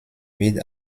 wird